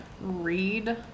read